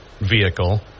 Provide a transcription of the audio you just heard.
vehicle